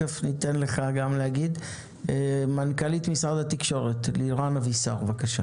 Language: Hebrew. מנכ"לית משרד התקשורת בבקשה.